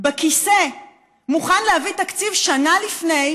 בכיסא מוכן להביא תקציב שנה לפני,